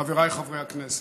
חבריי חברי הכנסת,